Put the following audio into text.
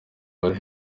wari